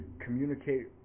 communicate